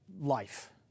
life